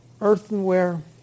Earthenware